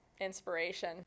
inspiration